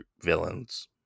villains